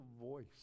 voice